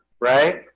right